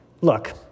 Look